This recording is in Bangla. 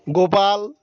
গোপাল